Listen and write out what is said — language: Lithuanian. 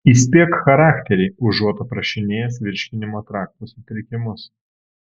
įspėk charakterį užuot aprašinėjęs virškinimo trakto sutrikimus